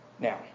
Now